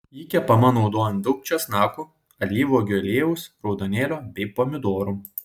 ji kepama naudojant daug česnakų alyvuogių aliejaus raudonėlio bei pomidorų